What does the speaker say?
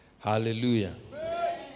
Hallelujah